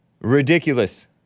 Ridiculous